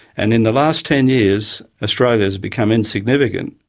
and in the last ten years australia has become insignificant.